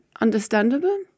understandable